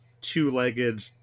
two-legged